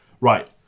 Right